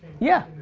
yeah,